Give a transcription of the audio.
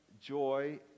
joy